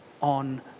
on